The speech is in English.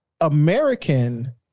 American